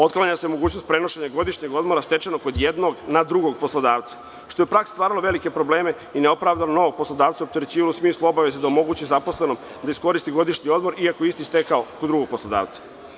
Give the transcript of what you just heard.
Otklanja se mogućnost prenošenja godišnjeg odmora stečenog kod jednog na drugog poslodavca, što je u praksi stvaralo velike probleme i novog poslodavca opterećivalo u smislu obaveze da omogući zaposlenom da iskoristi godišnji odmor, iako je isti stekao kod drugog poslodavca.